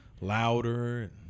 Louder